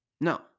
No